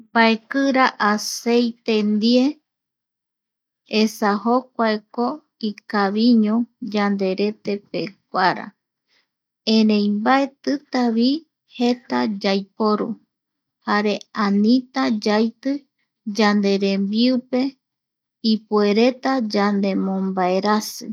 Mbaekira aceite ndie, esa jokua ko ikaviño yanderetepeguara, erei mbaetita vi jeta yaiporu jare anita yaiti yanderembiupe ipuereta yande mbombaersasi